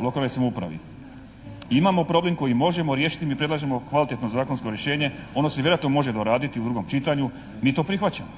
lokalnoj samoupravi. Imamo problem koji možemo riješiti. Mi predlažemo kvalitetno zakonsko rješenje, ono se vjerojatno može doraditi u drugom čitanju, mi to prihvaćamo.